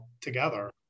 together